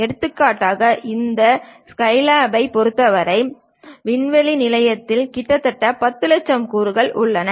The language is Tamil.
எடுத்துக்காட்டாக இந்த ஸ்கைலாப்பைப் பொறுத்தவரை விண்வெளி நிலையத்தில் கிட்டத்தட்ட 10 லட்சம் கூறுகள் உள்ளன